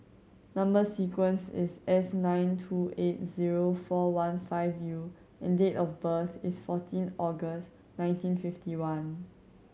number sequence is S nine two eight zero four one five U and date of birth is fourteen August nineteen fifty one